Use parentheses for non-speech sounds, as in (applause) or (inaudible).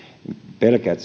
pelkään (unintelligible)